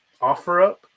OfferUp